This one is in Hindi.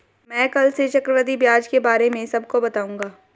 मैं कल से चक्रवृद्धि ब्याज के बारे में सबको बताऊंगा